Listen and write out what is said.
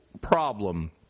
problem